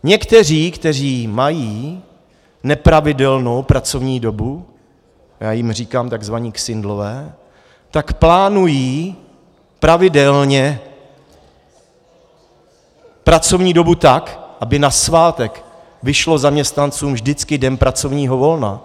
Někteří, kteří mají nepravidelnou pracovní dobu, a já jim říkám takzvaní ksindlové, tak plánují pravidelně pracovní dobu tak, aby na svátek vyšlo zaměstnancům vždycky den pracovního volna.